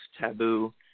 taboo